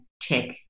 check